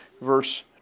verse